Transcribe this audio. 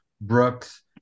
Brooks